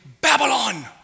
Babylon